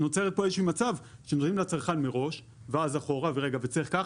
נוצר פה איזה מצב שמודיעים לצרכן מראש וצריך ככה